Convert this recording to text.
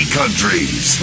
countries